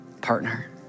Partner